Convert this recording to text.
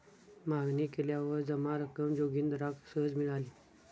मागणी केल्यावर जमा रक्कम जोगिंदराक सहज मिळाली